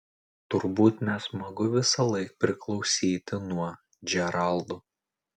turbūt nesmagu visąlaik priklausyti nuo džeraldo